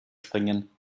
springen